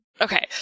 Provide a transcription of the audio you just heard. Okay